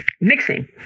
mixing